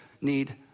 need